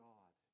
God